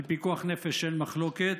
על פיקוח נפש אין מחלוקת.